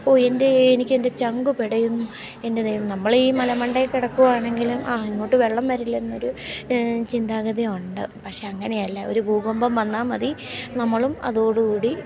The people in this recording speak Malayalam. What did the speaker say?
ഓ എൻ്റെ എനിക്ക് എൻ്റെ ചങ്ക് പിടയുന്നു എൻ്റെ ദൈവമേ നമ്മൾ ഈ മലമണ്ടയിൽ കിടക്കുകയാണെങ്കിലും ആ ഇങ്ങോട്ട് വെള്ളം വരില്ല എന്നൊരു ചിന്താഗതിയുണ്ട് പക്ഷെ അങ്ങനെ അല്ല ഒരു ഭൂകമ്പം വന്നാൽ മതി നമ്മളും അതോടു കൂടി